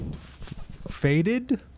faded